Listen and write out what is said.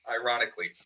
ironically